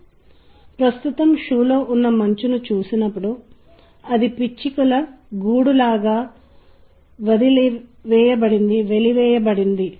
ఇవి నిర్దిష్ట వ్యవధి విరామాలు మరియు శ్రుతితో కలిపినప్పుడు అవి సంగీత పాటలు సంగీత భాగాలలో కీలకమైనవిగా మారాయి